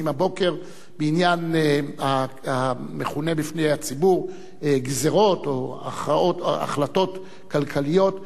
הבוקר בעניין המכונה בפני הציבור גזירות או החלטות כלכליות.